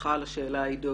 סליחה על השאלה האידיאולוגית.